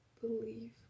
believe